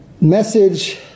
message